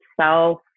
self